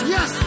Yes